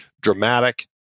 dramatic